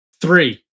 Three